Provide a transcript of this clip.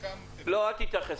לא, אל תתייחס.